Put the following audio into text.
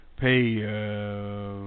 pay